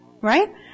Right